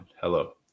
Hello